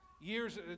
years